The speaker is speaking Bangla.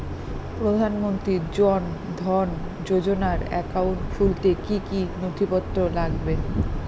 প্রধানমন্ত্রী জন ধন যোজনার একাউন্ট খুলতে কি কি নথিপত্র লাগবে?